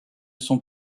son